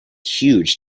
huge